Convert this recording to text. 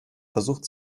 versucht